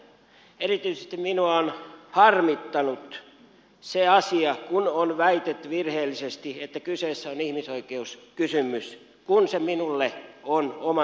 erityisesti minua on harmittanut se asia kun on väitetty virheellisesti että kyseessä on ihmisoikeuskysymys kun se minulle on omantunnonkysymys